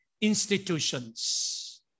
institutions